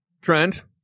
Trent